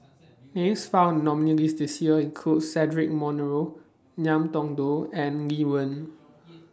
Names found in nominees' list This Year include Cedric Monteiro Ngiam Tong Dow and Lee Wen